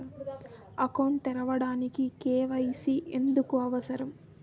Account తెరవడానికి, KYC ఎందుకు అవసరం?